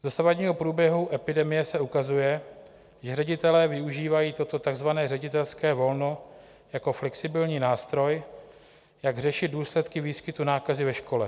Z dosavadního průběhu epidemie se ukazuje, že ředitelé využívají toto takzvané ředitelské volno jako flexibilní nástroj, jak řešit důsledky výskytu nákazy ve škole.